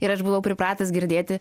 ir aš buvau pripratęs girdėti